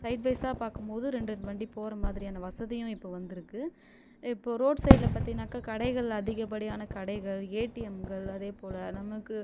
சைடுவைசாக பார்க்கும் போது இரண்டு வண்டி போகிற மாதிரியான வசதியும் இப்போது வந்திருக்கு இப்போது ரோடு சைடில் பார்த்தீங்கன்னாக்க கடைகள் அதிகப்படியான கடைகள் ஏடிஎம்கள் அதே போல நமக்கு